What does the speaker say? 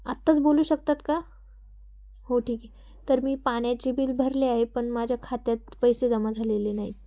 आत्ताच बोलू शकतात का हो ठीक आहे तर मी पाण्याची बिल भरले आहे पण माझ्या खात्यात पैसे जमा झालेले नाहीत